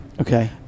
Okay